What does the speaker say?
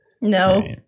No